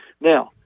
Now